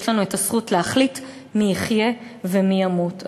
יש לנו הזכות להחליט מי יחיה ומי ימות.